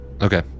Okay